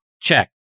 check